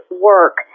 work